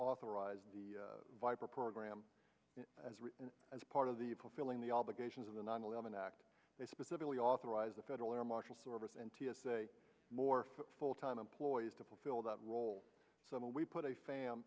authorized the viper program and as part of the fulfilling the obligations of the nine eleven act they specifically authorize the federal air marshal service and t s a more full time employees to fulfill that role so we put a fam